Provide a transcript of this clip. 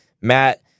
Matt